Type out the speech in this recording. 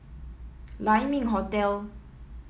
Lai Ming Hotel